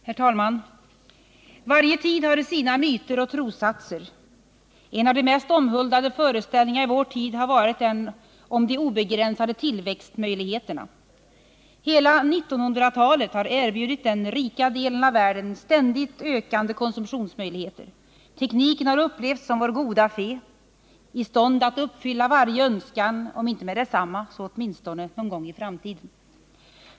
Herr talman! Varje tid har sina myter och trossatser. En av de mest omhuldade föreställningarna i vår tid har varit den om de obegränsade tillväxtmöjligheterna. Hela 1900-talet har erbjudit den rika delen av världen ständigt ökande konsumtionsmöjligheter. Tekniken har upplevts som vår goda fe, i stånd att uppfylla varje önskan, om inte med detsamma så åtminstone någon gång i framtiden.